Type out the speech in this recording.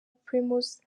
primus